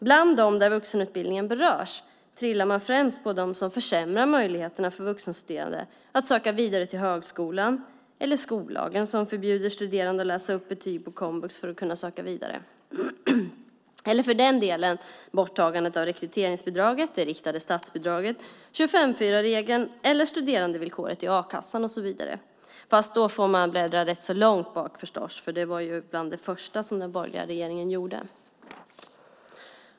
Bland dem där vuxenutbildningen berörs trillar man främst på sådana där man talar om försämringar av möjligheterna för vuxenstuderande att söka vidare till högskolan eller om skollagen som förbjuder studerande att läsa upp betyg på komvux för att kunna söka vidare, eller för den delen om borttagandet av rekryteringsbidraget, det riktade statsbidraget, 25:4-regeln eller studerandevillkoret i a-kassan och så vidare. Då får man bläddra rätt så långt bakåt, för det var bland det första som den borgerliga regeringen gjorde.